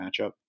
matchup